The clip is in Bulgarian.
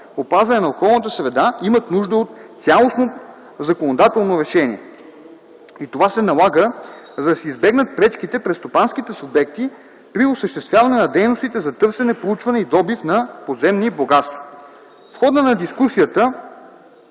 опазване на околната среда имат нужда от цялостното законодателно решение. И това се налага, за да се избегнат пречките пред стопанските субекти при осъществяване на дейностите за търсене, проучване и добив на подземни богатства. В хода на дискусията